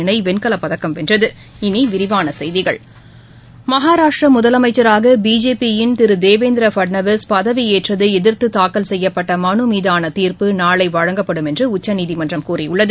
இணை வெண்கலப்பதக்கம் வென்றது இனி விரிவான செய்திகள் மகாராஷ்டிரா முதலமைச்சராக பிஜேபி யின் திரு தேவேந்திர பட்நவிஸ் பதவியேற்றதை எதிர்த்து தாக்கல் செய்யப்பட்ட மனு மீதான தீர்ப்பு நாளை பிறப்பிக்கப்படும் என்று உச்சநீதிமன்றம் கூறியுள்ளது